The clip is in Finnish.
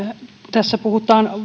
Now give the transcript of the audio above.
tässä puhutaan